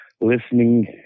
listening